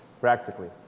practically